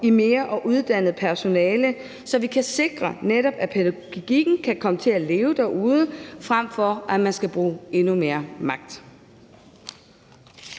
og i uddannet personale, så vi netop kan sikre, at pædagogikken kan komme til at leve derude, frem for at man skal bruge endnu mere magt.